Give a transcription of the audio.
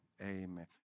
Amen